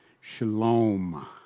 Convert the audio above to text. Shalom